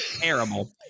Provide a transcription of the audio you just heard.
terrible